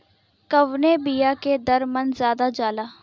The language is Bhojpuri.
कवने बिया के दर मन ज्यादा जाला?